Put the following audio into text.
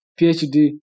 PhD